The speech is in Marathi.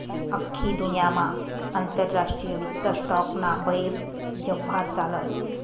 आख्खी दुन्यामा आंतरराष्ट्रीय वित्त स्टॉक ना बये यव्हार चालस